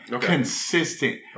Consistent